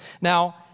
Now